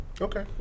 okay